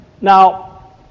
Now